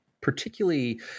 particularly